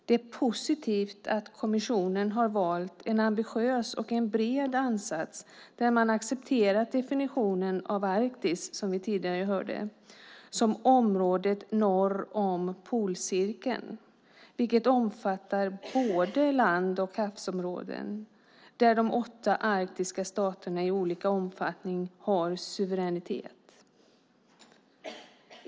Det är positivt att kommissionen har valt en ambitiös och bred ansats där man, som vi tidigare hörde, har accepterat definitionen av Arktis som området norr om polcirkeln, vilket omfattar både land och havsområden där de åtta arktiska staterna i olika omfattning har suveränitet.